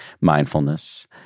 mindfulness